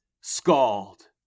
Scald